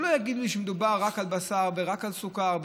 שלא יגידו לי שמדובר רק על בשר ורק על סוכר,